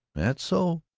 that's so.